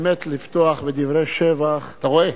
באמת לפתוח בדברי שבח, אתה רואה?